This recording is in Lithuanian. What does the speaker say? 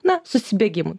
na susibėgimų